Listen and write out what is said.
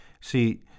See